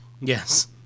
Yes